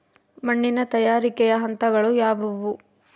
ಮಣ್ಣಿನ ತಯಾರಿಕೆಯ ಹಂತಗಳು ಯಾವುವು?